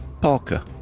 parker